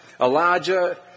Elijah